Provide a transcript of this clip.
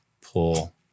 pull